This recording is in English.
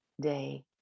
day